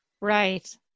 right